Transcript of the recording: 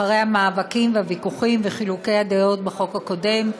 אחרי המאבקים והוויכוחים וחילוקי הדעות בחוק הקודם.